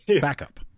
backup